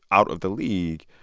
out of the league.